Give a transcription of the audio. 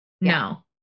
no